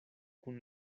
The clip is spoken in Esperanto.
kun